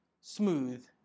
smooth